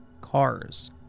cars